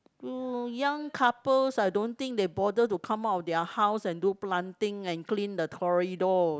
uh young couples I don't think they bother to come out of their house and do planting and clean the corridors